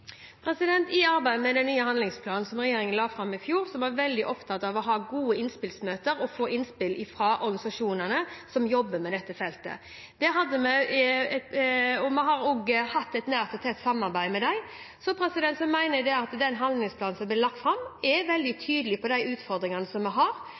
I arbeidet med den nye handlingsplanen, som regjeringen la fram i fjor, var vi veldig opptatt av å ha gode innspillsmøter og å få innspill fra organisasjonene som jobber med dette feltet. Vi har også hatt et nært og tett samarbeid med dem. Jeg mener at den handlingsplanen som ble lagt fram, er veldig tydelig på de utfordringene vi har,